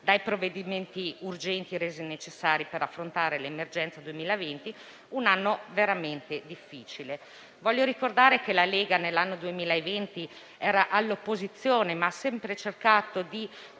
dai provvedimenti urgenti resisi necessari per affrontare l'emergenza 2020, un anno veramente difficile. Voglio ricordare che la Lega nell'anno 2020 era all'opposizione, ma ha sempre cercato di